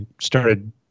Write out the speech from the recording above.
started